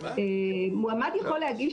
מועמד יכול להגיש